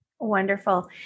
Wonderful